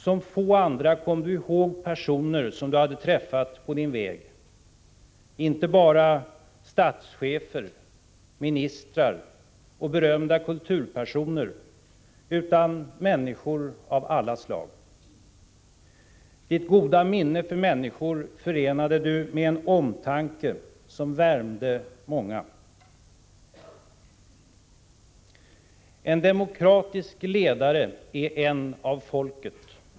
Som få andra kom Du ihåg personer som Du hade träffat på Din väg, inte bara statschefer, ministrar och berömda kulturpersoner utan människor av alla slag. Ditt goda minne för människor förenade Du med en omtanke som värmde många. En demokratisk ledare är en av folket.